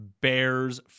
Bears